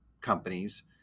companies